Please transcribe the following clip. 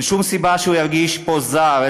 אין שום סיבה שהוא ירגיש פה זר,